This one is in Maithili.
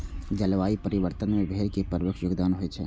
जलवायु परिवर्तन मे भेड़ के प्रमुख योगदान होइ छै